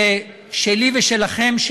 ששלי ושלכם,